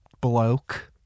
bloke